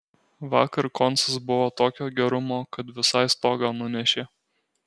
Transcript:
vakar koncas buvo tokio gerumo kad visai stogą nunešė